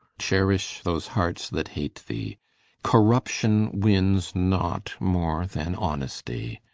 cherish those hearts that hate thee corruption wins not more then honesty.